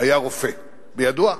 היה רופא, בידוע,